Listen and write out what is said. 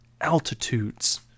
Altitudes